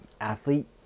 athlete